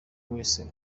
wese